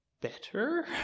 better